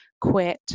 quit